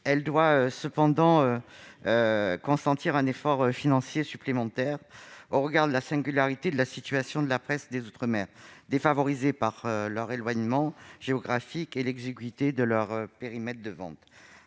doit cependant consentir un effort financier supplémentaire, au regard de la singularité de la situation de la presse des outre-mer, défavorisée par l'éloignement géographique de ces territoires et par l'exiguïté de son périmètre de vente.